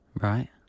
Right